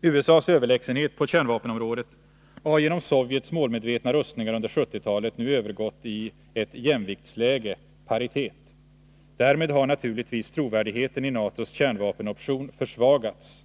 USA:s överlägsenhet på kärnvapenområdet har genom Sovjets målmedvetna rustningar under 1970-talet nu övergått till ett jämviktsläge, paritet. Därmed har naturligtvis trovärdigheten i NATO:s kärnvapenoption försvagats.